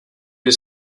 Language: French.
est